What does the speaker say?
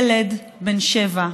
ילד בן שבע,